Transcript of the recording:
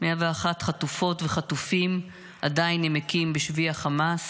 101 חטופות וחטופים עדיין נמקים בשבי החמאס.